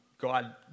God